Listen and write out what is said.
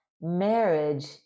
marriage